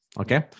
Okay